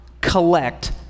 collect